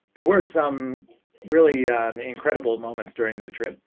there were some really yeah incredible moments during the trip.